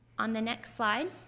on the next slide,